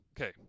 Okay